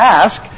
ask